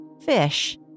fish